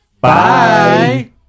Bye